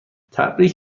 تبریک